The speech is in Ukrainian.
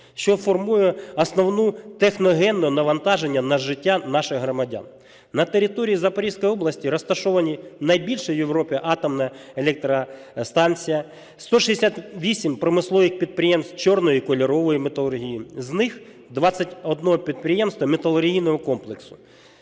що формує основне техногенне навантаження на життя наших громадян. На території Запорізької області розташовані: найбільша в Європі атомна електростанція, 168 промислових підприємств чорної і кольорової металургії, з них 21 підприємство металургійного комплексу.